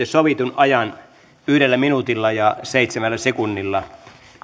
sovitun ajan yhdellä minuutilla ja seitsemällä sekunnilla